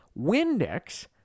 Windex